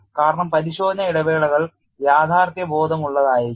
കാരണം പരിശോധന ഇടവേളകൾ യാഥാർത്ഥ്യബോധമുള്ളതായിരിക്കണം